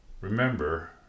Remember